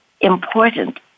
important